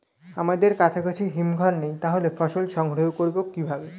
আমাদের কাছাকাছি হিমঘর নেই তাহলে ফসল সংগ্রহ করবো কিভাবে?